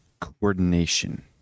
Coordination